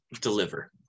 deliver